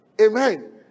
Amen